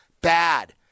bad